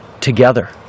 together